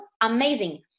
amazing